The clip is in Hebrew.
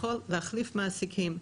יכול להחליף מעסיקים.